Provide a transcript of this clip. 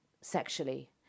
sexually